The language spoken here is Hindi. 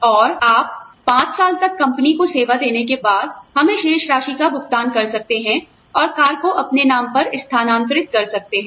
और आप पांच साल तक कंपनी को सेवा देने के बाद हमें शेष राशि का भुगतान कर सकते हैं और कार को आपके नाम पर स्थानांतरित कर सकते हैं